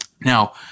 Now